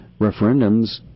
referendums